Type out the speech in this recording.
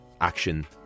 action